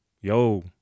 Yo